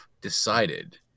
decided